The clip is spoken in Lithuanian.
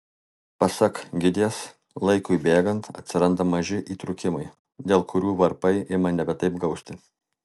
pasak gidės laikui bėgant atsiranda maži įtrūkimai dėl kurių varpai ima nebe taip gausti